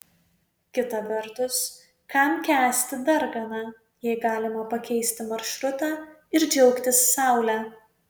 kita vertus kam kęsti darganą jei galima pakeisti maršrutą ir džiaugtis saule